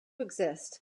exist